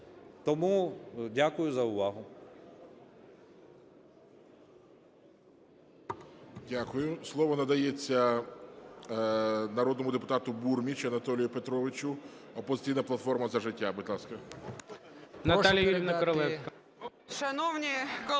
Тому дякую за увагу.